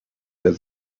that